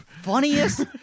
Funniest